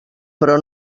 però